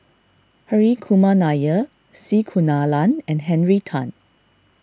Hri Kumar Nair C Kunalan and Henry Tan